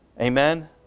Amen